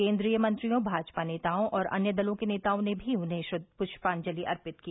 केंद्रीय मंत्रियों भाजपा नेताओं और अन्य दलों के नेताओं ने भी उन्हें पृष्पांजलि अर्पित की